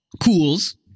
cools